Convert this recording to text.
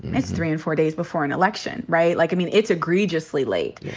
it's three and four days before an election. right? like i mean, it's egregiously late.